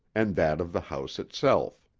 and that of the house itself.